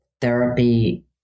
therapy